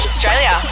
Australia